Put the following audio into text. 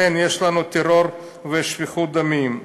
לכן יש לנו טרור ושפיכות דמים.